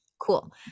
cool